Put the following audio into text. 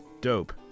dope